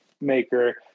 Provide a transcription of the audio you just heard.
maker